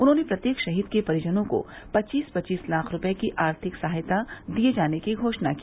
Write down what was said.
उन्होंने प्रत्येक शहीद के परिजनों को पच्चीस पच्चीस लाख रूपये की आर्थिक सहायता दिये जाने की भी घोषण की